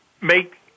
make